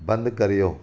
बंदि करियो